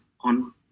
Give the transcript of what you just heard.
on